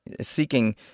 seeking